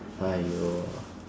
!aiyo!